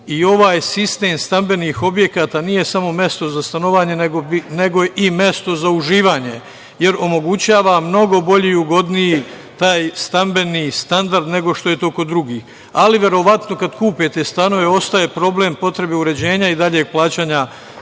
i ovaj sistem stambenih objekata nije samo mesto za stanovanje, nego i mesto za uživanje, jer omogućava mnogo bolji i ugodniji taj stambeni standard nego što je to kod drugih. Ali, verovatno kada kupe te stanove, ostaje problem potrebe uređenja i daljeg plaćanja